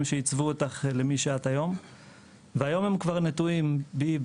שעיצבו אותך למי שאת היום והיום הם כבר נטועים בי,